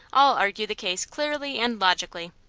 i'll argue the case clearly and logically,